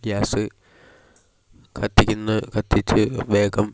gas കത്തിക്കുന്നത് കത്തിച്ച് വേഗം